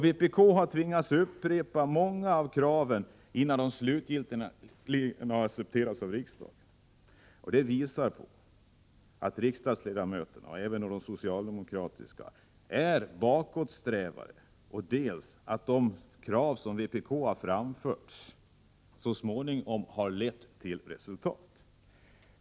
Vpk har tvingats upprepa många av kraven innan de slutgiltigt accepterats av riksdagen. Det visar att riksdagsledamöterna, även de socialdemokratiska, är bakåtsträvare, men också att de krav som vpk har framfört så småningom har lett till resultat.